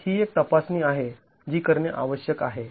तर ही एक तपासणी आहे जी करणे आवश्यक आहे